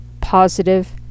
positive